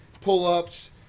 pull-ups